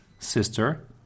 Sister